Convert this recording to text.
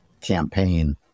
campaign